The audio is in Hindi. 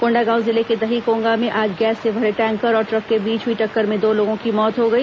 कोण्डागांव जिले के दहीकोंगा में आज गैस से भरे टैंकर और ट्रक के बीच हुई टक्कर में दो लोगों की मौत हो गई